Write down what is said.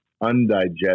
undigested